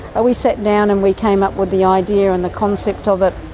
ah we sat down and we came up with the idea and the concept of it,